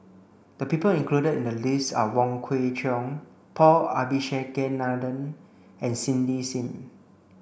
the people included in the list are Wong Kwei Cheong Paul Abisheganaden and Cindy Sim